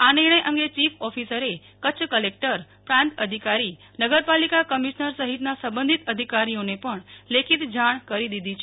આ નિર્ણય અંગે ચીફ ઓફીસરે કચ્છ કલેકટર પ્રાંત અધિકારી નગરપાલિકા કમિશનર સહિતના સંબંધિત અધિકારીઓને પણ લેખીત જાણ કરી દીધી છે